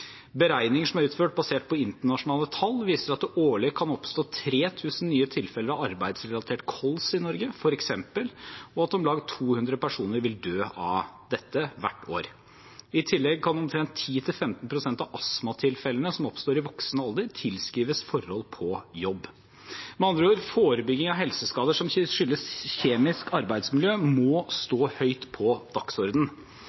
Beregninger som er utført basert på internasjonale tall, viser f.eks. at det årlig kan oppstå 3 000 nye tilfeller av arbeidsrelatert kols i Norge, og at om lag 200 personer vil dø av dette hvert år. I tillegg kan omtrent 10–15 pst. av astmatilfellene som oppstår i voksen alder, tilskrives forhold på jobb. Med andre ord: Forebygging av helseskader som skyldes kjemisk arbeidsmiljø, må